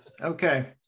Okay